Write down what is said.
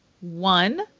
one